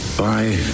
bye